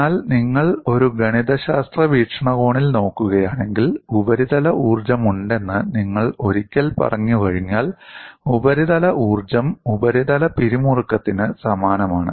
എന്നാൽ നിങ്ങൾ ഒരു ഗണിതശാസ്ത്ര വീക്ഷണകോണിൽ നോക്കുകയാണെങ്കിൽ ഉപരിതല ഊർജ്ജമുണ്ടെന്ന് നിങ്ങൾ ഒരിക്കൽ പറഞ്ഞുകഴിഞ്ഞാൽ ഉപരിതല ഊർജ്ജം ഉപരിതല പിരിമുറുക്കത്തിന് സമാനമാണ്